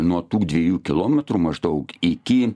nuo tų dviejų kilometrų maždaug iki